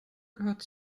gehört